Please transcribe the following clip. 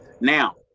Now